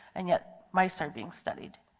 and yet mice are being studied.